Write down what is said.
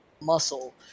muscle